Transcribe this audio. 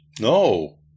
No